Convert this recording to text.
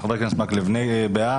חבר הכנסת מקלב בעד.